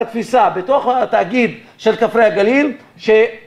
התפיסה בתוך התאגיד של כפרי הגליל ש...